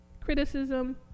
Criticism